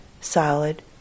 solid